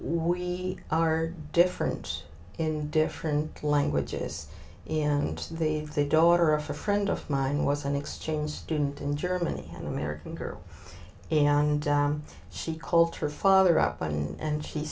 we are difference in different languages and the daughter of a friend of mine was an exchange student in germany an american girl and she called her father up and she